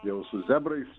jau su zebrais